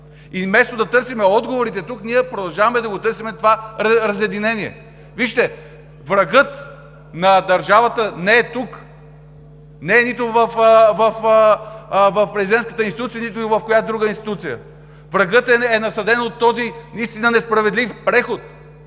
И вместо да търсим отговорите тук, продължаваме да търсим това разединение. Вижте, врагът на държавата не е тук, не е нито в президентската институция, нито в която и да е друга институция. Врагът е насаден от този наистина несправедлив преход,